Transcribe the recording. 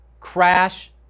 crash